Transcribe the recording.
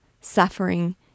suffering